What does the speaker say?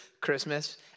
Christmas